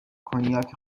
کنیاک